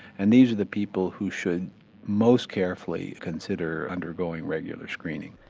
and these are the people who should most carefully consider undergoing regular screening.